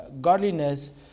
godliness